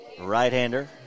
right-hander